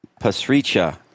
Pasricha